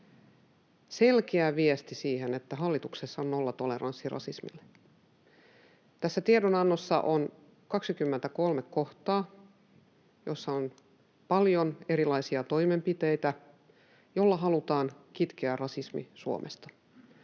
selkeä viesti siitä, että hallituksessa on nollatoleranssi rasismille. Tässä tiedonannossa on 23 kohtaa, joissa on paljon erilaisia toimenpiteitä, joilla halutaan kitkeä rasismi Suomesta,